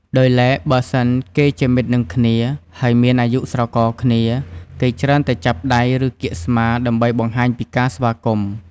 ដោយឡែកបើសិន គេជាមិត្តនឹងគ្មា ហើយមានអាយុស្រករគ្នា គេច្រើនតែចាប់ដៃ ឬ កៀកស្មា ដើម្បីបង្ហាញពីការស្វាគមន៍។